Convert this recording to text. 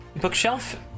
bookshelf